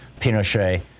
Pinochet